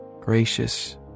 gracious